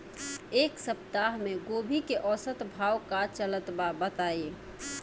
एक सप्ताह से गोभी के औसत भाव का चलत बा बताई?